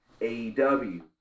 AEW